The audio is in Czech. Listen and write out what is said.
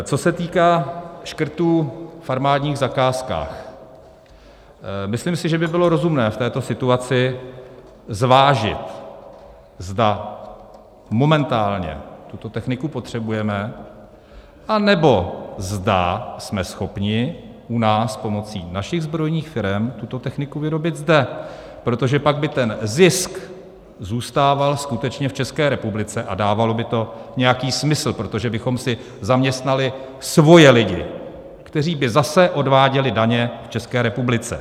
Co se týká škrtů v armádních zakázkách, myslím si, že by bylo rozumné v této situaci zvážit, zda momentálně tuto techniku potřebujeme anebo zda jsme schopni u nás pomocí našich zbrojních firem tuto techniku vyrobit zde, protože pak by ten zisk zůstával skutečně v České republice a dávalo by to nějaký smysl, protože bychom si zaměstnali svoje lidi, kteří by zase odváděli daně v České republice.